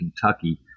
Kentucky